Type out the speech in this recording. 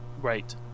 Right